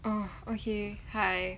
orh okay hi